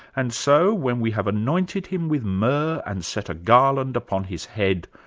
and so when we have anointed him with myrrh, and set a garland upon his head,